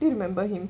you remember